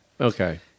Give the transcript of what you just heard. Okay